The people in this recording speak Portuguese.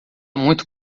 muito